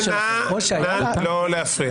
נא לא להפריע.